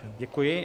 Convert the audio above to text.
Děkuji.